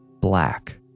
Black